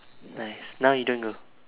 nice now you don't go